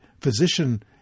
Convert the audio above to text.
Physician